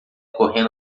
correndo